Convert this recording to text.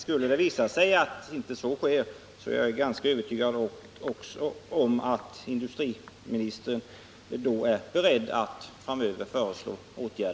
Skulle det visa sig att så inte sker, är jag ganska övertygad om att industriministern är beredd att framöver föreslå åtgärder.